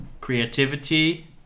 creativity